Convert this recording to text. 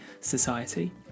Society